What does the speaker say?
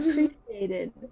Appreciated